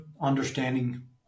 understanding